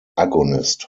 agonist